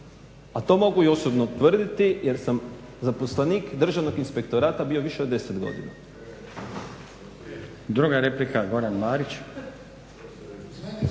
a to mogu osobno tvrditi jer sam zaposlenih Državnog inspektorata bio više od 10 godina.